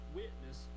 witness